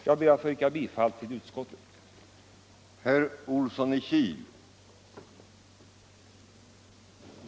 Jag ber att få yrka bifall till utskottets förslag.